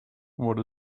what